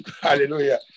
Hallelujah